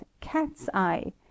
cat's-eye